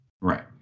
Right